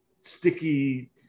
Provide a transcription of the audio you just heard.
sticky